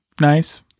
nice